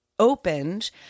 opened